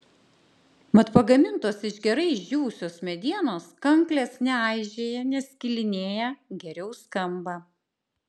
mat pagamintos iš gerai išdžiūvusios medienos kanklės neaižėja neskilinėja geriau skamba